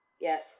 Yes